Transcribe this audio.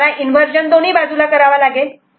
तुम्हाला इन्वर्जन दोन्ही बाजूला करावा लागेल